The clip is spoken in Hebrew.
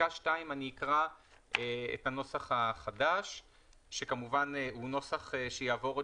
אני קורא את הנוסח החדש של פסקה (2) שהוא נוסח שיעבור עוד